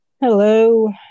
hello